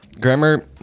grammar